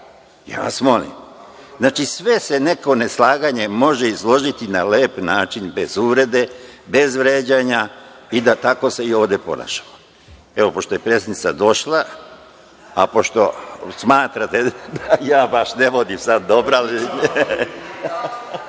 Ja vas molim. Znači, sve se neko neslaganje može izložiti na lep način, bez uvrede, bez vređanja i da tako se i ovde ponašamo. Evo, pošto je predsednica došla, a pošto smatrate da ja baš ne vodim dobro…